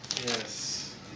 Yes